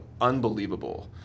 unbelievable